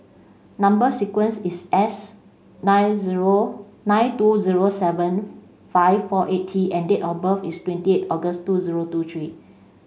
number sequence is S nine nine two zero seven five four eight T and date of birth is twenty eight August two zero two three